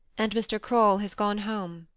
and mr. kroll has gone home.